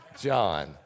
John